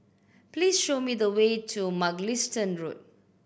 please show me the way to Mugliston Road